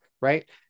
right